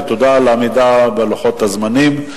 ותודה על העמידה בלוחות הזמנים.